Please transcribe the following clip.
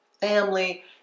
family